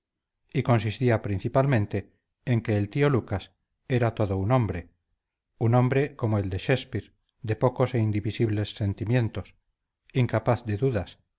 y consistía principalmente en que el tío lucas era todo un hombre un hombre como el de shakespeare de pocos e indivisibles sentimientos incapaz de dudas